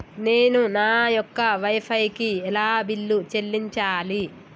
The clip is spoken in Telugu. నేను నా యొక్క వై ఫై కి ఎలా బిల్లు చెల్లించాలి?